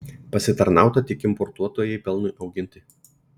pasitarnauta tik importuotojai pelnui auginti